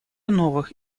новых